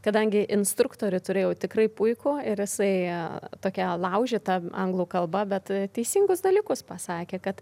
kadangi instruktorių turėjau tikrai puikų ir jisai jisai tokia laužyta anglų kalba bet teisingus dalykus pasakė kad